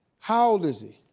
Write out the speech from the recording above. how old is he?